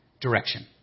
direction